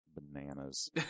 bananas